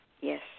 Yes